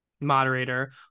moderator